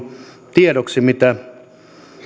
tiedoksi mitä